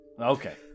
Okay